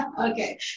Okay